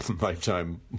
lifetime